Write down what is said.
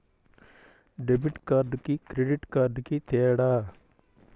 Debit కార్డుకి credit కార్డుకి తేడా?